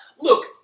look